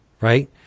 right